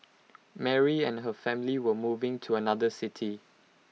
Mary and her family were moving to another city